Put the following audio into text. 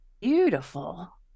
beautiful